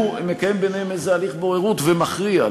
הוא מקיים ביניהם איזה הליך בוררות ומכריע.